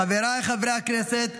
חבריי חברי הכנסת,